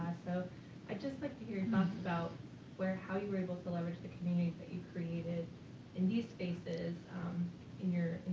so i'd just like to hear your thoughts about how you were able to leverage the community that you created in these spaces in your